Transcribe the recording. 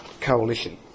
coalition